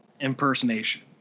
impersonation